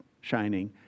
shining